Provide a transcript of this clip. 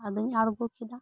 ᱟᱫᱚᱧ ᱟᱬᱜᱚ ᱠᱮᱫᱟ